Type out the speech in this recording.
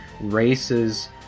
races